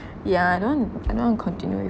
yeah I don't want I don't want to continue with